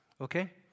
Okay